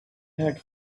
had